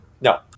No